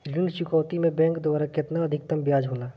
ऋण चुकौती में बैंक द्वारा केतना अधीक्तम ब्याज होला?